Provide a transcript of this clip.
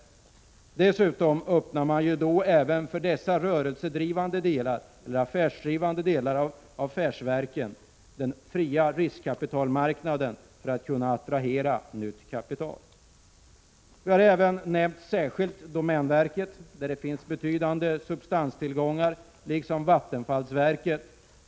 Dessutom öppnar man då även för dessa affärsdrivande delar av affärsver — Prot. 1986/87:134 ken den fria riskkapitalmarknaden för att de skall kunna attrahera nytt 2 juni 1987 kapital. Vi har nämnt domänverket där det finns betydande substanstillgångar, liksom vattenfallsverket.